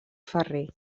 ferrer